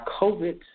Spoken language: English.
COVID